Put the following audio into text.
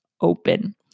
open